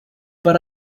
but